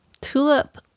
tulip